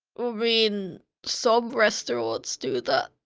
i mean some restaurants do that.